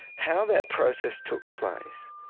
how that process took place